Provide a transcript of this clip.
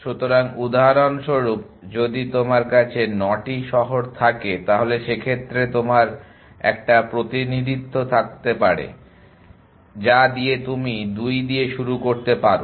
সুতরাং উদাহরণস্বরূপ যদি তোমার কাছে 9টি শহর থাকে তাহলে সেক্ষেত্রে তোমার একটা প্রতিনিধিত্ব করতে পারে যা তুমি 2 দিয়ে শুরু করতে পারো